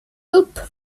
upp